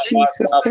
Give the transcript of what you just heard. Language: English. Jesus